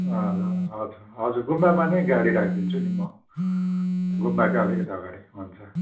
हजुर हजुर गुम्बामा नै गाडी राखिदिन्छु नि म गुम्बाकै अलिकति अगाडि हुन्छ